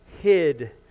hid